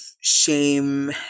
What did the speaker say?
shame